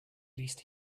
least